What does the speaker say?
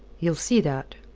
you'll see that?